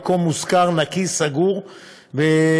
המקום מושכר, נקי, סגור ופתוח.